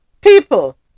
people